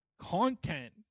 content